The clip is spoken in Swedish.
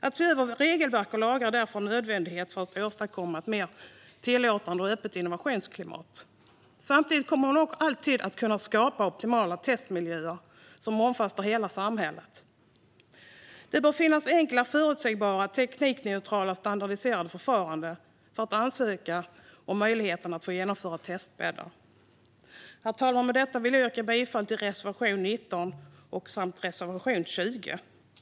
Att se över regelverk och lagar är därför en nödvändighet för att åstadkomma ett mer tillåtande och öppet innovationsklimat. Samtidigt kommer man aldrig att kunna skapa optimala testmiljöer som omfattar hela samhället. Det bör finnas enkla, förutsägbara, teknikneutrala och standardiserade förfaranden för att ansöka om möjligheten att få genomföra testbäddar. Herr talman! Med detta vill jag yrka bifall till reservation 19 samt reservation 20.